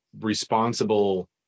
responsible